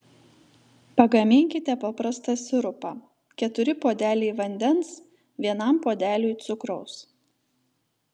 pagaminkite paprastą sirupą keturi puodeliai vandens vienam puodeliui cukraus